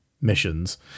missions